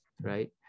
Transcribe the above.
right